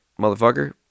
motherfucker